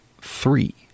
three